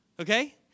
Okay